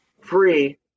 free